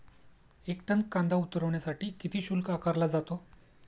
एक टन कांदा उतरवण्यासाठी किती शुल्क आकारला जातो?